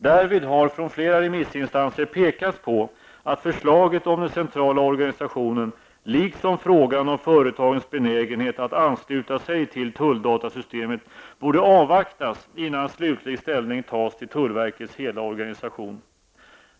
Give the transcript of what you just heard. Därvid har från flera remissinstanser pekats på att förslaget om den centrala organisationen liksom frågan om företagens benägenhet att ansluta sig till tulldatasystemet borde avvaktas innan slutlig ställning tas till tullverkets hela organisation.